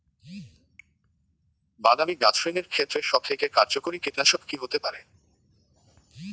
বাদামী গাছফড়িঙের ক্ষেত্রে সবথেকে কার্যকরী কীটনাশক কি হতে পারে?